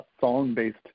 song-based